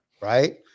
Right